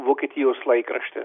vokietijos laikraštis